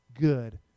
good